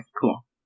cool